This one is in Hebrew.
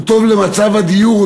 הוא טוב למצב הדיור.